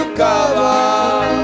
cover